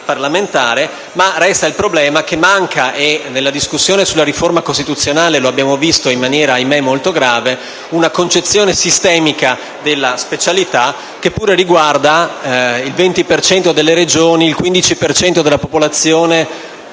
però il problema che manca, e nella discussione sulla riforma costituzionale lo abbiamo visto in maniera molto grave, una concezione sistemica della specialità che pure riguarda il 20 per cento delle Regioni, il 15 per cento della popolazione